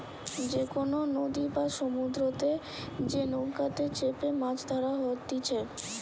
যে কোনো নদী বা সমুদ্রতে যে নৌকাতে চেপেমাছ ধরা হতিছে